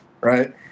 right